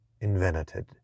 Invented